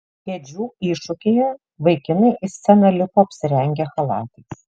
kėdžių iššūkyje vaikinai į sceną lipo apsirengę chalatais